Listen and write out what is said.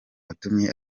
watumye